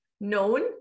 known